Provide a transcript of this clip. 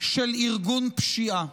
של ארגון פשיעה,